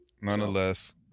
nonetheless